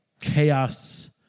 chaos